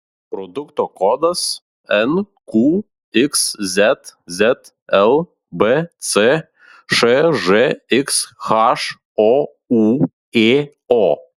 produkto kodas nqxz zlbc šžxh oūėo